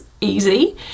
easy